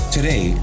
Today